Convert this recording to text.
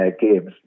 games